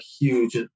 huge